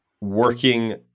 working